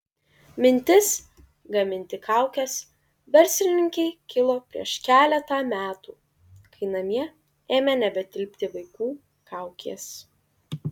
mintis gaminti kaukes verslininkei kilo prieš keletą metų kai namie ėmė nebetilpti vaikų kaukės